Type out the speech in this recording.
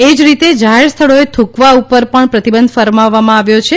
એજ રીતે જાહેર સ્થળોએ થૂંકવા ઉપર પણ પ્રતિબંધ ફરમાવવામાં આવ્યો છે